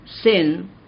sin